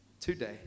today